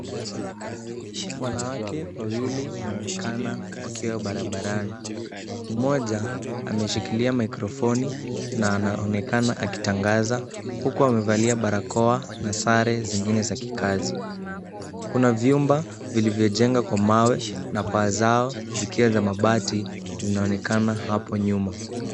Wanawake wawili wanaonekana wakiwa barabarani. Mmoja ameshikilia mikrofoni na anaonekana akitangaza huku amevalia barakoa na sare zingine za kikazi. Kuna vyumba vilivyojengwa kwa mawe na paa zao zikiwa za mabati zinaonekana hapo nyuma.